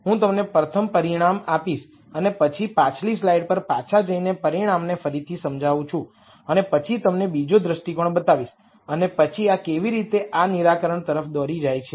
હું તમને પ્રથમ પરિણામ આપીશ અને પછી પાછલી સ્લાઇડ પર પાછા જઈને પરિણામને ફરીથી સમજાવું છું અને પછી તમને બીજો દ્રષ્ટિકોણ બતાવીશ અને પછી આ કેવી રીતે આ નિરાકરણ તરફ દોરી જાય છે